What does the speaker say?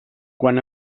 quan